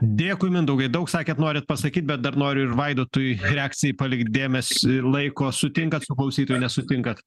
dėkui mindaugai daug sakėt norit pasakyt bet dar noriu ir vaidotui reakcijai palikt dėmes ir laiko sutinkat su klausytoju nesutinkat